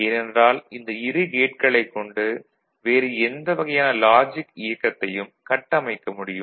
ஏனென்றால் இந்த இரு கேட்களைக் கொண்டு வேறு எந்த வகையான லாஜிக் இயக்கத்தையும் கட்டமைக்க முடியும்